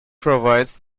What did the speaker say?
provides